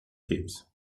his